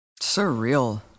surreal